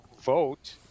vote